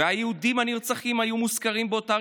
והיהודים הנרצחים היו מוזכרים באותה